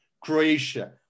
Croatia